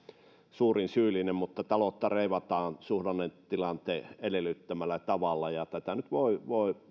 suurin syyllinen kuitenkin taloutta reivataan suhdannetilanteen edellyttämällä tavalla ja tätä nyt voi